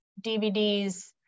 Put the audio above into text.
DVDs